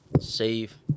save